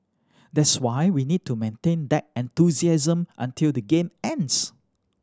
that's why we need to maintain that enthusiasm until the game ends